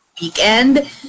weekend